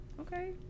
Okay